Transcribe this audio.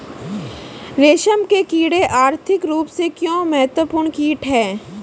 रेशम के कीड़े आर्थिक रूप से क्यों महत्वपूर्ण कीट हैं?